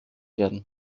werden